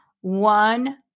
one